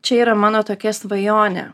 čia yra mano tokia svajonė